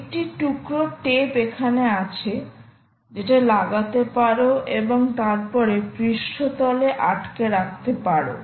একটি টুকরা টেপ এখানে আছে যেটা লাগাতে পারো এবং তারপরে পৃষ্ঠতল এ আটকে রাখতে পারো